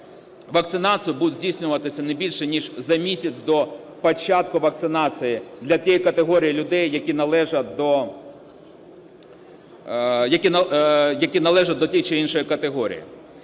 вакцинацію будуть здійснюватися не більше ніж за місяць до початку вакцинації для тієї категорії людей, які належать до тієї чи іншої категорії.